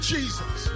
Jesus